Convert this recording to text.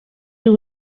too